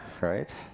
right